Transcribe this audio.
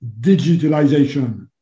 digitalization